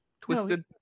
twisted